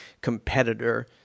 competitor